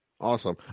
Awesome